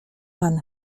pan